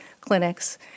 clinics